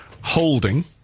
Holding